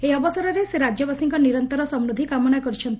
ଏହି ଅବସରରେ ସେ ରାଜ୍ୟବାସୀଙ୍କର ନିରନ୍ତର ସମୃଦ୍ଧି କାମନା କରିଛନ୍ତି